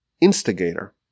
instigator